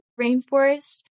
Rainforest